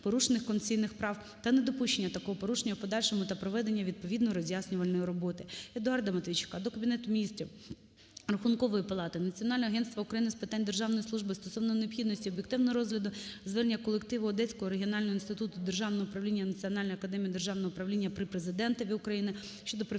порушених конституційних прав та недопущення такого порушення у подальшому та проведення відповідної роз'яснювальної роботи. Едуарда Матвійчука до Кабінету Міністрів, Рахункової палати, Національного агентства України з питань державної служби стосовно необхідності об'єктивного розгляду звернення колективу Одеського регіонального інституту державного управління Національної академії державного управління при Президентові України щодо професійного